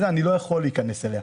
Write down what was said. אני לא יכול להיכנס אליה,